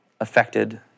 affected